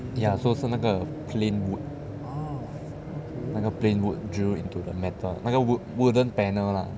ya so 是那个 plain wood 那个 plain wood drill into the metal 那个 wood wooden panel lah